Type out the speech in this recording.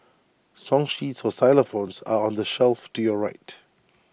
song sheets for xylophones are on the shelf to your right